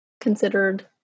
considered